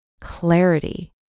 clarity